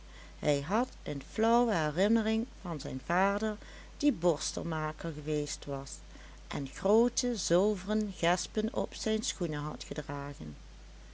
hij had een flauwe herinnering van zijn vader die borstelmaker geweest was en groote zulveren gespen op zijn schoenen had gedragen